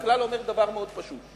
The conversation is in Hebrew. הכלל אומר דבר מאוד פשוט: